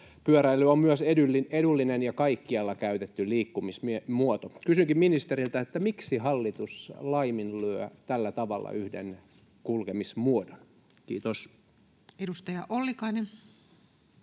Pyöräily on myös edullinen ja kaikkialla käytetty liikkumismuoto. Kysynkin ministeriltä: miksi hallitus laiminlyö tällä tavalla yhden kulkemismuodon? — Kiitos. [Speech 551] Speaker: